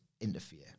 interfere